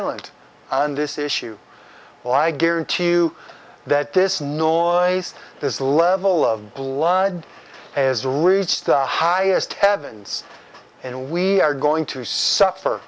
silent on this issue i guarantee you that this no on this level of blood has reached the highest heavens and we are going to suffer